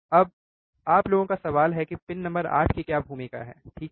अब आप लोगों का सवाल है कि पिन नंबर 8 की क्या भूमिका है ठीक है